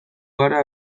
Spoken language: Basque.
gara